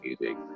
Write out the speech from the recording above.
music